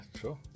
sure